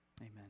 Amen